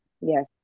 yes